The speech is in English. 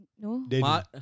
No